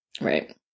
Right